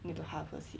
need to harvest it